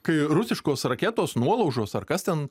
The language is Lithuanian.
kai rusiškos raketos nuolaužos ar kas ten